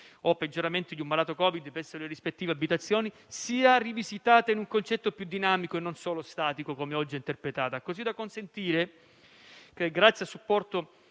o peggioramenti di un malato Covid presso le rispettive abitazioni, sia rivisitata in un concetto più dinamico e non solo statico, come oggi è interpretata, così da consentire che, grazie al supporto